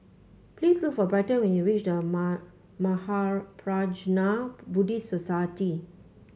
please look for Bryton when you reach The Mahaprajna Buddhist Society